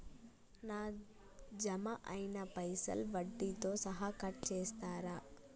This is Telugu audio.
నా జమ అయినా పైసల్ వడ్డీతో సహా కట్ చేస్తరా?